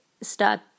start